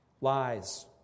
Lies